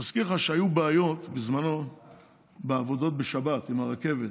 מזכיר לך שהיו בעיות בזמנו בעבודות בשבת עם הרכבת,